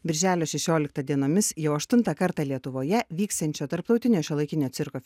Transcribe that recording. birželio šešioliktą dienomis jau aštuntą kartą lietuvoje vyksiančią tarptautinę šiuolaikinio cirko